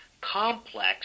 complex